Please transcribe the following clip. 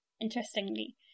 interestingly